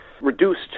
reduced